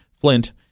flint